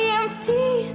empty